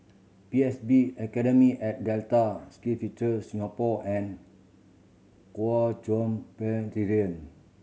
P S B Academy at Delta SkillsFuture Singapore and Kuo Chuan